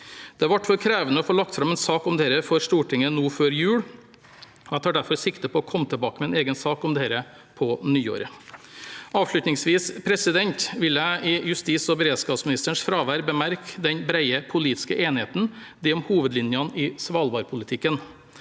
Det ble for krevende å få lagt fram en sak om dette for Stortinget nå før jul, og jeg tar derfor sikte på å komme tilbake med en egen sak om dette på nyåret. Avslutningsvis vil jeg i justis- og beredskapsministerens fravær bemerke den brede politiske enigheten om hovedlinjene i svalbardpolitikken.